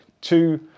two